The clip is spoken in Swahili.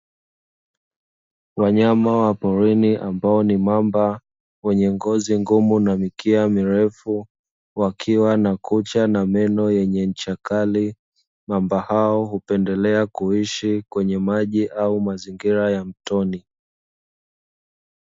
Wanyama wa porini ambao ni mamba wenye ngozi ngumu na mikia mirefu wakiwa na kucha na meno yenye ncha kali, mamba hao hupendelea kuishi kwenye maji au mazingira ya mtoni.